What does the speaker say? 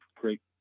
great